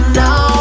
now